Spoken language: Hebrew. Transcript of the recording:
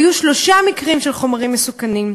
היו שלושה מקרים של חומרים מסוכנים.